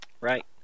Right